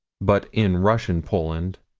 but in russian poland,